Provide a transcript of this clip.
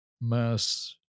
mass